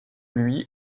lui